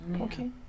okay